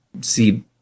see